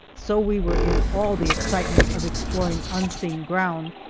so we were in all the excitement of exploring unseen ground.